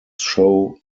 show